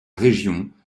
région